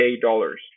dollars